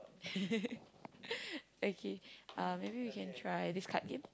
okay um maybe we can try this card game